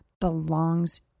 belongs